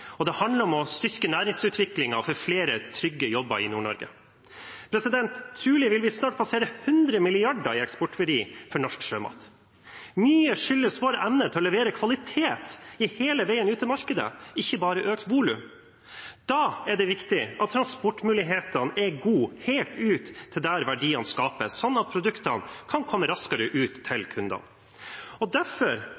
og det handler om å styrke næringsutviklingen for flere trygge jobber i Nord-Norge. Trolig vil vi snart passere 100 mrd. kr i eksportverdi for norsk sjømat. Mye skyldes vår evne til å levere kvalitet hele veien ut til markedet, ikke bare økt volum. Da er det viktig at transportmulighetene er gode helt ut til der verdien skapes, sånn at produktene kan komme raskere ut til